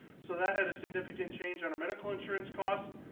so that had a significant change on our medical insurance cost,